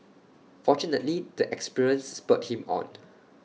fortunately the experience spurred him on